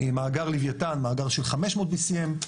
מאגר לוויתן של 500 BCM,